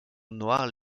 noires